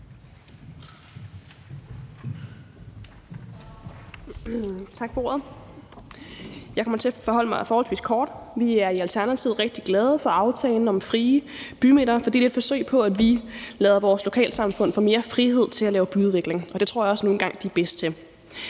Tak for ordet. Jeg kommer til at forholde mig forholdsvis kort til forslaget. Vi er i Alternativet rigtig glade for aftalen om frie bymidter, fordi det er et forsøg på, at vi lader vores lokalsamfund få mere frihed til at lave byudvikling, og det tror jeg nu engang også at de er bedst til.